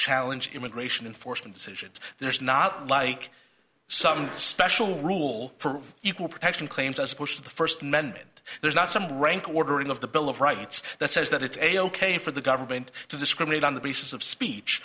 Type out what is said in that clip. challenge immigration enforcement decisions there's not like some special rule for equal protection claims as opposed to the first meant there's not some rank ordering of the bill of rights that says that it's a ok for the government to discriminate on the basis of speech